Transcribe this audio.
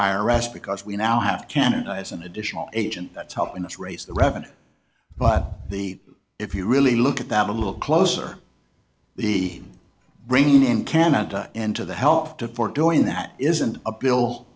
s because we now have canada as an additional agent that's helping us raise the revenue but the if you really look at that a little closer the bringing in canada into the help to port doing that isn't a bill